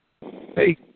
Hey